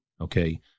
okay